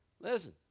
Listen